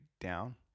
down